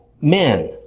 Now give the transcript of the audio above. men